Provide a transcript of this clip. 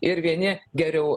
ir vieni geriau